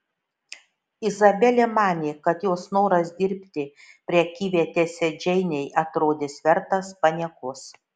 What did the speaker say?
izabelė manė kad jos noras dirbti prekyvietėse džeinei atrodys vertas paniekos